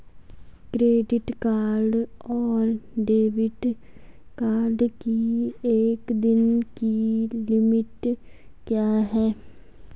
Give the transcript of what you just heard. Credit card और debit card की एक दिन की लिमिट क्या है?